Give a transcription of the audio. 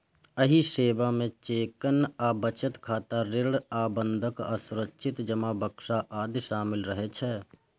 एहि सेवा मे चेकिंग आ बचत खाता, ऋण आ बंधक आ सुरक्षित जमा बक्सा आदि शामिल रहै छै